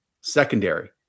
secondary